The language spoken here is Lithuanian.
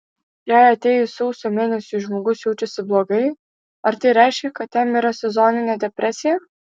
jei atėjus sausio mėnesiui žmogus jaučiasi blogai ar tai reiškia kad jam yra sezoninė depresija